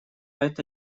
это